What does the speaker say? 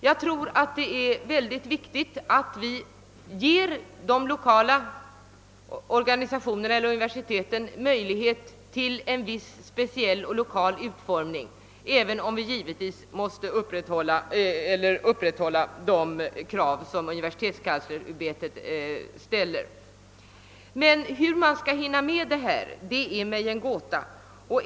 Jag finner det viktigt att vi ger de lokala organisationerna vid universiteten möjlighet till en speciell och lokal utformning av studieplanerna, även om vi givetvis måste upprätthålla de standardkrav som universitetskanslersämbetet ställer. Men hur man skall hinna med en lokal utformning är mig en gåta.